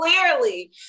Clearly